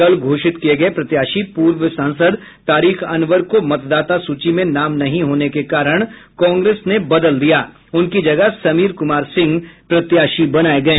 कल घोषित किये गये प्रत्याशी पूर्व सांसद तारिक अनवर को मतदाता सूची में नाम नहीं होने के कारण कांग्रेस ने बदल दिया उनकी जगह समीर कुमार सिंह प्रत्याशी बनाये गये